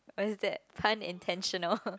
oh is that pun intentional